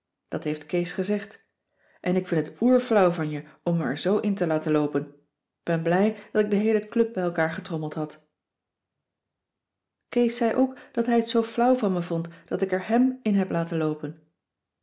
dat heeft kees gezegd en ik vind het oer flauw van je om me er zoo in te laten loopen k ben blij dat ik de heele club bij elkaar getrommeld had kees zei ook dat hij het zoo flauw van me vond dat ik er hèm in heb laten loopen